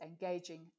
engaging